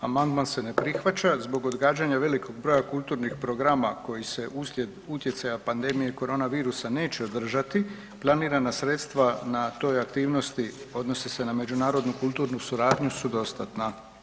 Amandman se ne prihvaća zbog odgađanja velikog broja kulturnih programa koji se uslijed utjecaja pandemije koronavirusa neće održati, planirana sredstva na toj aktivnosti odnosi se na međunarodnu kulturnu suradnju su dostatna.